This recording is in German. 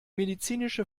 medizinische